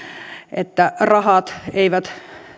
että rahat eivät